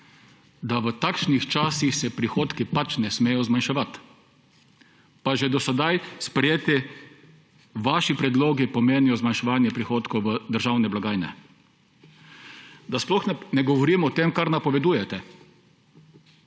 se v takšnih časih prihodki pač ne smejo zmanjševati. Pa že vaši do sedaj sprejeti predlogi pomenijo zmanjševanje prihodkov v državne blagajne. Da sploh ne govorimo o tem, kar napovedujete.